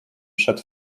przed